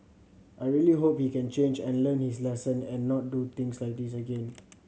I really hope he can change and learn his lesson and not do things like this again